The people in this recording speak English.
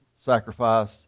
Sacrifice